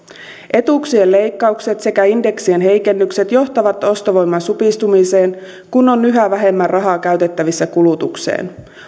etuuksien leikkaukset sekä indeksien heikennykset johtavat ostovoiman supistumiseen kun on yhä vähemmän rahaa käytettävissä kulutukseen